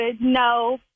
No